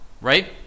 right